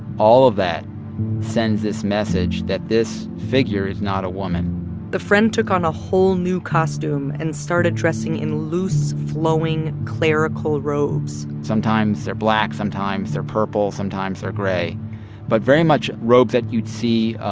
all of that sends this message that this figure is not a woman the friend took on a whole new costume and started dressing in loose, flowing clerical robes sometimes they're black, sometimes they're purple, sometimes they're gray but very much robes that you'd see,